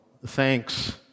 Thanks